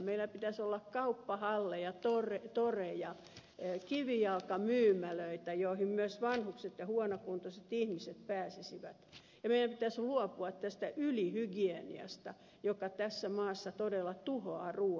meillä pitäisi olla kauppahalleja toreja kivijalkamyymälöitä joihin myös vanhukset ja huonokuntoiset ihmiset pääsisivät ja meidän pitäisi luopua tästä ylihygieniasta joka tässä maassa todella tuhoaa ruuan makua